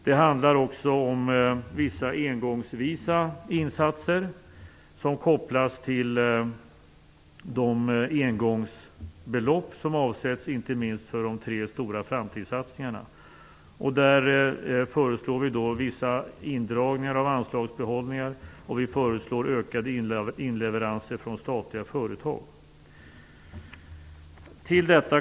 Det handlar också om vissa engångsvisa insatser som kopplas till de engångsbelopp som avsätts inte minst för de tre stora framtidssatsningarna. Där föreslår vi vissa indragningar av anslagsbehållningar, och vi föreslår ökade inleveranser från statliga företag.